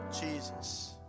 Jesus